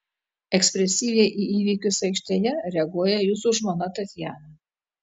ekspresyviai į įvykius aikštėje reaguoja jūsų žmona tatjana